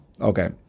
Okay